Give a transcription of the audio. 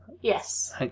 Yes